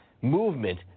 movement